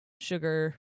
sugar